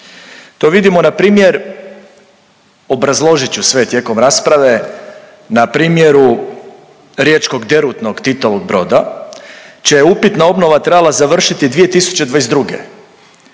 To vidimo npr., obrazložit ću sve tijekom rasprave, na primjeru riječkog derutnog Titovog broda čija je upitna obnova trebala završiti 2022,